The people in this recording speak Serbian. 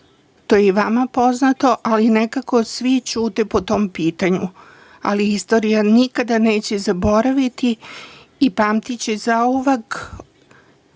to je i vama poznato, ali nekako svi ćute po tom pitanju. Istorija nikada neće zaboraviti i pamtiće zauvek